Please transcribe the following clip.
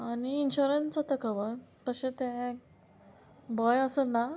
आनी इन्शुरंस जाता कवर तशें तें भंय असो ना